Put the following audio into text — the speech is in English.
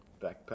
backpack